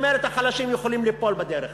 אומרת: החלשים יכולים ליפול בדרך.